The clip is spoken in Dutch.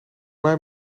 mij